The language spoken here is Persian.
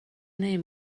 این